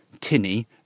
tinny